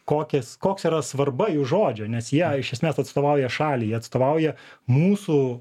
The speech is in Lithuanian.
kokias koks yra svarba jų žodžio nes jie iš esmės atstovauja šaliai jie atstovauja mūsų